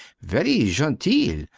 very genteel.